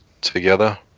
together